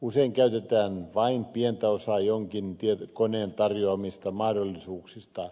usein käytetään vain pientä osaa jonkin koneen tarjoamista mahdollisuuksista